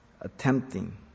attempting